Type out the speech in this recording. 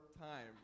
time